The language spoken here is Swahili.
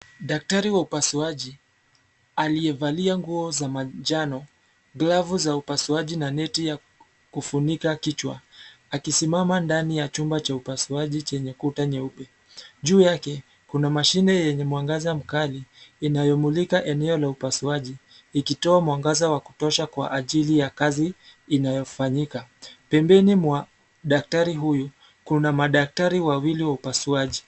Daktari wa upasuaji aliyevalia nguo za manjano, glavu za upasuaji na neti ya kufunika kichwa; akisimama ndani ya chumba cha upasuaji chenye kuta nyeupe. Juu yake kuna mashine yenye mwangaza mkali inayomulika eneo la upasuaji ikitoa mwangaza wa kutosha kwa ajili ya kazi inayofanyika. Pembeni mwa daktari huyu kuna madaktari wawili wa upasuaji.